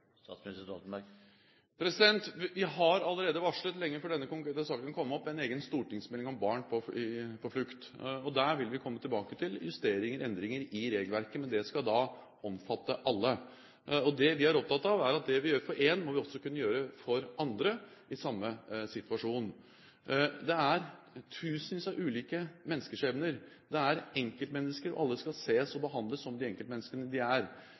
Vi har allerede varslet – lenge før denne konkrete saken kom opp – en egen stortingsmelding om barn på flukt. Der vil vi komme tilbake til justeringer og endringer i regelverket, men det skal omfatte alle. Det vi er opptatt av, er at det vi gjør for én, må vi også kunne gjøre for andre i samme situasjon. Det er tusenvis av ulike menneskeskjebner, det er enkeltmennesker, og alle skal ses på og behandles som de enkeltmenneskene de er.